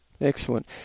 Excellent